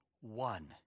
one